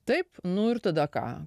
taip nu ir tada ką